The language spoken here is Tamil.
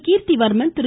கீர்த்திவர்மன் திரு